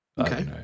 Okay